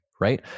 right